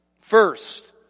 First